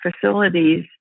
facilities